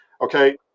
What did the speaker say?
okay